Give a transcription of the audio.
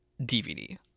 DVD